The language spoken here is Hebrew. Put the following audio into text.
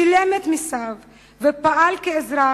שילם את מסיו ופעל כאזרח,